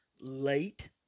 late